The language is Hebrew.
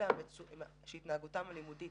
אלה שהתנהגותם הלימודית